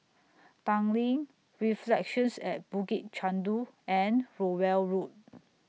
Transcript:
Tanglin Reflections At Bukit Chandu and Rowell Road